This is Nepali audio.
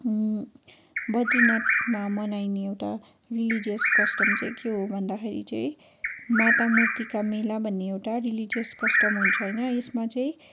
बद्रीनाथमा मनाइने एउटा रिलिजियस कस्टम चाहिँ के हो भन्दाखेरि चाहिँ माता मूर्ति का मेला भन्ने एउटा रिलिजियस कस्टम हुन्छ होइन यसमा चाहिँ